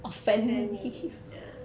offend you ya